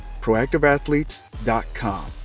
proactiveathletes.com